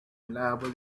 reliable